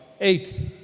eight